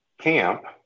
camp